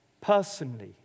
personally